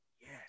yes